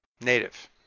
Native